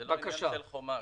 לא עניין של חומה.